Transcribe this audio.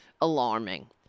alarming